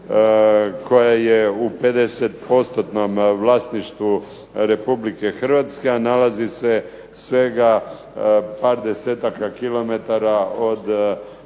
koja je u 50 postotnom vlasništvu Republike Hrvatske, a nalazi se svega 20-tak kilometara od Zagreba